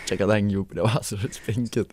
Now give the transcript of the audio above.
čia kadangi jau prie vasaros penki